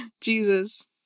Jesus